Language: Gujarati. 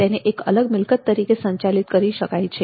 તેને એક અલગ મિલકત તરીકે સંચાલિત કરી શકાય છે